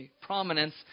prominence